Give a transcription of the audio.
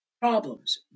Problems